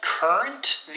Current